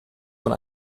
man